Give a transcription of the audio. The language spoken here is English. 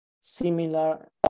similar